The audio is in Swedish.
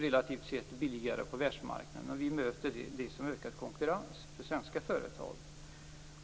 relativt sett blir billigare på världsmarknaden. Vi möter det som ökad konkurrens för svenska företag.